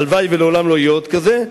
הלוואי שלעולם לא יהיה עוד כזה,